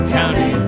County